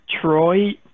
Troy